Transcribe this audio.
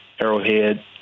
Arrowhead